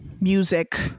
music